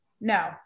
No